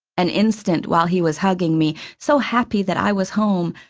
an instant while he was hugging me, so happy that i was home,